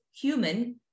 human